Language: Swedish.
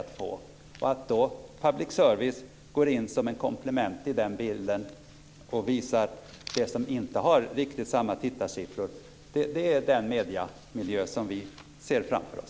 Att då public service går in som ett komplement och visar det som inte riktigt har samma tittarsiffror, det är den mediemiljö som vi ser framför oss.